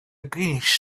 greenish